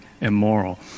immoral